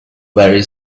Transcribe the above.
very